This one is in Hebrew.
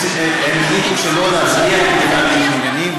הם ביקשו שלא להצביע בגלל ניגוד עניינים,